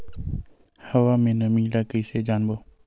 हवा के नमी ल कइसे जानबो?